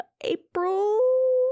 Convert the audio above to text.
April